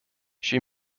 she